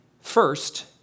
First